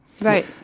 Right